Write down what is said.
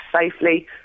safely